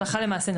הלכה למעשה,